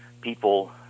people